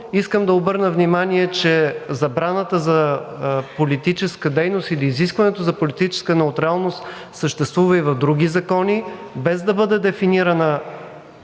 Искам да обърна внимание, че забраната за политическа дейност или изискването за политическа неутралност съществува и в други закони, без да бъде дефинирана